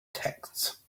texts